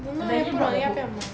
don't know 不懂要不要买